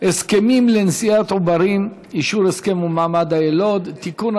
הסכמים לנשיאת עוברים (אישור הסכם ומעמד היילוד) (תיקון,